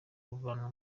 kuvanwa